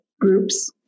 groups